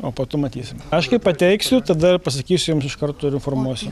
o po to matysim aš kai pateiksiu tada pasakysiu jums iš karto ir informuosiu